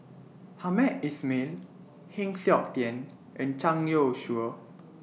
Hamed Ismail Heng Siok Tian and Zhang Youshuo